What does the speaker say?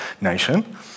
nation